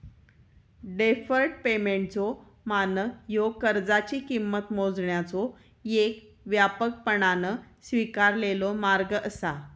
deferred पेमेंटचो मानक ह्यो कर्जाची किंमत मोजण्याचो येक व्यापकपणान स्वीकारलेलो मार्ग असा